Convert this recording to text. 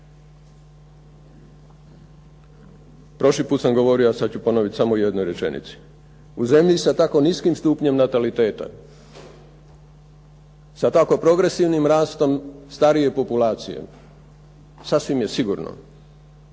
Prošli put sam govorio a sada ću ponoviti samo u jednoj rečenici. U zemlji sa tako niskim stupnjem nataliteta, sa tako progresivnim rastom starije populacije, sasvim je sigurno